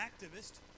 activist